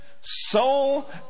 soul